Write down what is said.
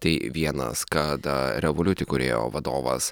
tai vienas kad a revoliut įkūrėjo vadovas